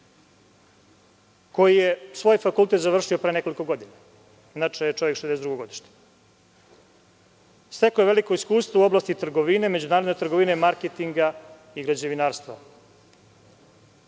koji je svoj fakultet završio pre nekoliko godina. Inače, čovek je 1962. godište. Stekao je veliko iskustvo u oblasti trgovine, međunarodne trgovine, marketinga i građevinarstva…(Predsednik: